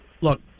Look